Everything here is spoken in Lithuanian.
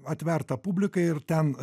atverta publikai ir ten